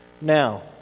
Now